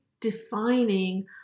defining